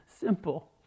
Simple